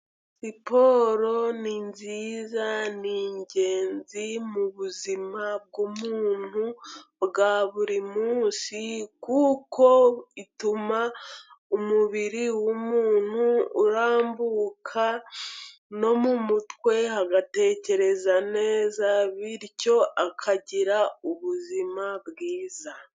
Siporo ni nziza ni ingenzi mu buzima bw'umuntu bwa buri munsi, kuko ituma umubiri w'umuntu urambuka no mu mutwe agatekereza neza, bityo akagira ubuzima bwiza.